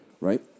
right